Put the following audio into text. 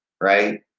Right